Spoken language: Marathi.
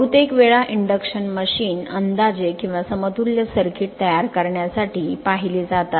बहुतेक वेळा इंडक्शन मशीन अंदाजे किंवा समतुल्य सर्किट तयार करण्यासाठी पाहिले जातात